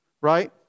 right